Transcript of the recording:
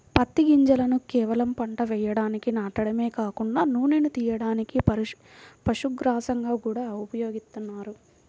పత్తి గింజలను కేవలం పంట వేయడానికి నాటడమే కాకుండా నూనెను తియ్యడానికి, పశుగ్రాసంగా గూడా ఉపయోగిత్తన్నారు